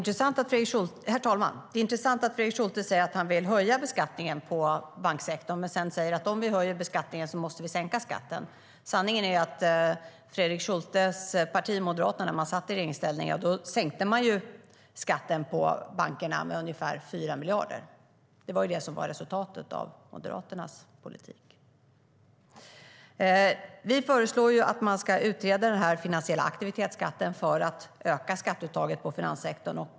Herr talman! Det är intressant att Fredrik Schulte säger att han vill höja beskattningen på banksektorn men sedan säger att om vi höjer beskattningen måste vi sänka skatten. Sanningen är att Fredrik Schultes parti, Moderaterna, sänkte skatten på bankerna med ungefär 4 miljarder när de var i regeringsställning. Det var resultatet av Moderaternas politik. Vi föreslår att man ska utreda den finansiella aktivitetsskatten för att öka skatteuttaget på finanssektorn.